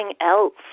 else